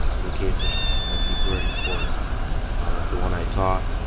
in the case of ah deep learning course like the one i taught,